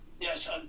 yes